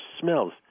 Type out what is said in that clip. smells